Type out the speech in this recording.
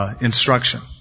instruction